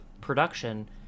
production